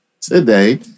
today